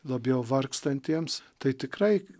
labiau vargstantiems tai tikrai